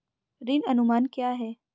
ऋण अनुमान क्या है?